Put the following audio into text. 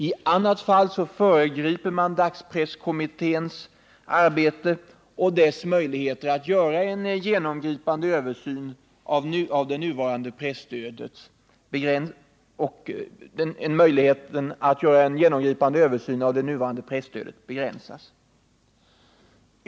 I annat fall föregriper man dagspresskommitténs arbete och dess möjligheter att göra en genomgripande översyn av det nuvarande presstödet begränsas.